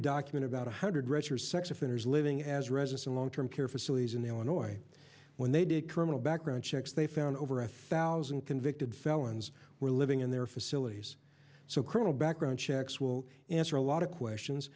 document about one hundred retro sex offenders living as residents and long term care facilities in the illinois when they did criminal background checks they found over a thousand convicted felons were living in their facilities so criminal background checks will answer a lot of questions